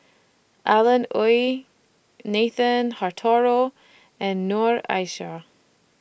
Alan Oei Nathan Hartono and Noor Aishah